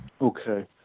Okay